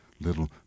little